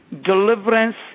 deliverance